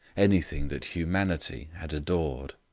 anything that humanity had adored.